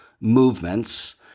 movements